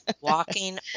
Walking